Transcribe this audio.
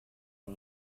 you